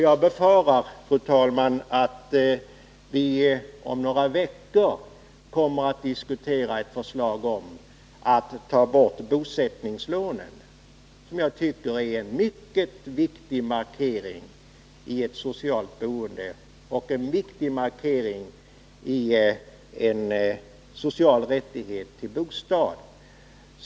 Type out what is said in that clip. Jag befarar, fru talman, att vi 101 om några veckor kommer att diskutera ett förslag om att ta bort bosättningslånen, som jag tycker är en mycket viktig markering när det gäller ett socialt boende och när det gäller en social rätt till bostad.